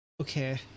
okay